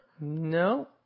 No